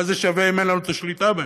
מה זה שווה אם אין לנו שליטה בהם?